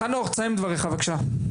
חנוך תסיים את דבריך בבקשה.